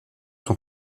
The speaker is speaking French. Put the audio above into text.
son